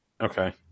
Okay